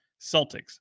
Celtics